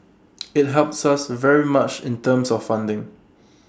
IT helps us very much in terms of funding